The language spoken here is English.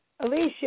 Alicia